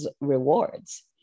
rewards